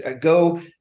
Go